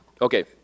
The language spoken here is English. Okay